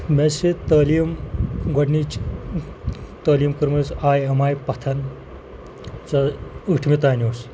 مےٚ حظ چھِ تعلیٖم گۄڈٕنِچ تعلیٖم کٔرمٕژ آیۍ ایٚم آیۍ پَتھن یُس حظ اۭٹھمہِ تانۍ اوس